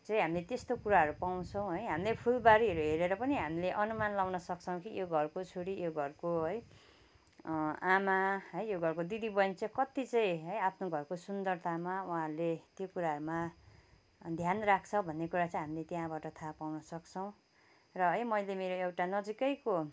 चाहिँ हामीले त्यस्तो कुराहरू पाउँछौँ है हामीले फुलबारीहरू हेरेर पनि हामीले अनुमान लाउन सक्छौँ कि यो घरको छोरी यो घरको है आमा है यो घरको दिदी बहिनी चाहिँ कति चाहिँ आफ्नो घरको सुन्दरतामा उहाँहरूले त्यो कुाराहरूमा ध्यान राख्छ भन्ने कुरा चाहिँ हामीले त्यहाँबाट थाहा पाउन सक्छौँ र है मैले मेरो एउटा नजिकैको